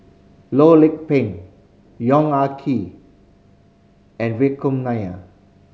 Loh Lik Peng Yong Ah Kee and Vikram Nair